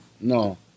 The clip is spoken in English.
No